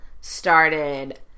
started